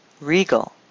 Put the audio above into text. regal